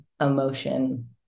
emotion